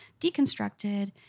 deconstructed